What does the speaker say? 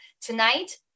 tonight